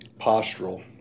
postural